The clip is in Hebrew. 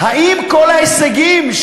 האם כל ההישגים,